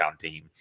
team